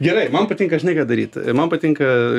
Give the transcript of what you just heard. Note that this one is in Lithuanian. gerai man patinka žinai ką daryt man patinka